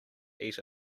eat